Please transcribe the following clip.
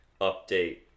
update